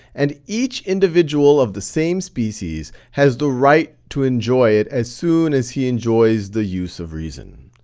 and each individual of the same species has the right to enjoy it as soon as he enjoys the use of reason.